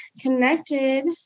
connected